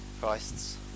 Christ's